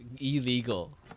illegal